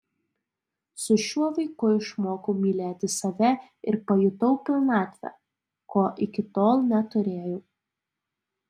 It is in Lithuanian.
su šiuo vaiku išmokau mylėti save ir pajutau pilnatvę ko iki tol neturėjau